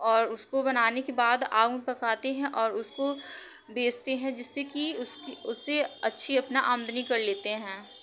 और उसको बनाने के बाद आग में पकाते हैं और उसको बेचते हैं जिससे कि उसकी उससे अच्छी अपना आमदनी कर लेते हैं